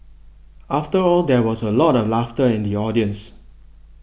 after all there was a lot of laughter in the audience